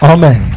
Amen